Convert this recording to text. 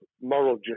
moral